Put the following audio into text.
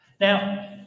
Now